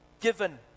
given